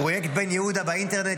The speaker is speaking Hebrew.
פרויקט בן יהודה באינטרנט,